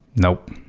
nope.